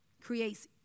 creates